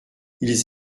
ils